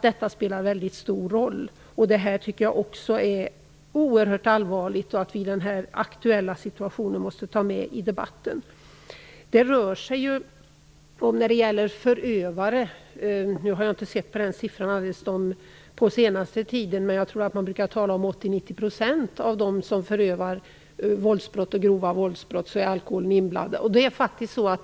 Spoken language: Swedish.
Detta är oerhört allvarligt och något som måste tas med i debatten. Jag har inte sett någon siffra under den senaste tiden, men jag tror att man brukar tala om att 80-90 % av dem som begår våldsbrott och grova våldsbrott har varit alkoholpåverkade.